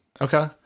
okay